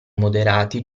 moderati